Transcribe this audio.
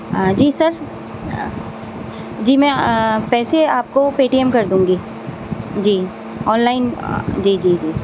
جی sir جی میں پیسے آپ کو پے ٹی ایم کر دوں گی جی آن لائن جی جی جی